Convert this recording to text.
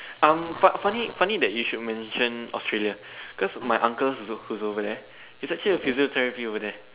um fu~ funny funny that you should mention Australia because my uncle whose over there he's actually a physiotherapy over there